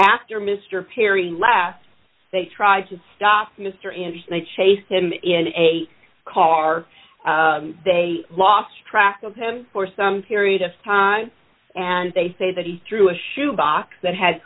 after mr perry last they tried to stop mr anderson they chased him in a car they lost track of him for some period of time and they say that he threw a shoe box that had